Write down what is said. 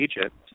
Egypt